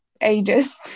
ages